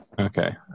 Okay